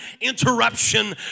interruption